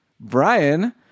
brian